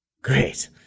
great